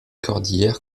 cordillère